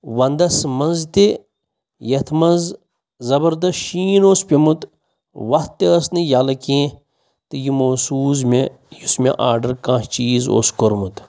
وَندَس منٛز تہِ یَتھ منٛز زَبردَس شیٖن اوس پیوٚمُت وَتھ تہِ ٲس نہٕ یَلہٕ کینٛہہ تہٕ یِمو سوٗز مےٚ یُس مےٚ آڈَر کانٛہہ چیٖز اوس کوٚرمُت